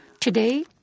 today